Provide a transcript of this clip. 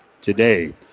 today